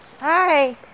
Hi